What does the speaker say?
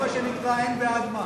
זה מה שנקרא: אין בעד מה.